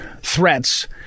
threats